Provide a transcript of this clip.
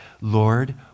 Lord